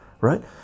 right